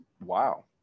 wow